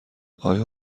آیا